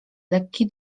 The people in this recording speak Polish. lekki